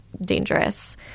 dangerous